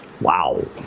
Wow